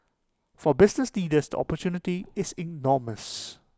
for business leaders the opportunity is enormous